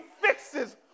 fixes